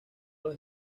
los